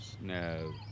No